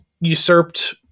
usurped